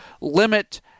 limit